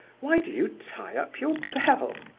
why do you tie up your bell?